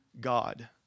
God